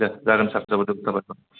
दे जागोन सार जोबोद जोबोद साबायखर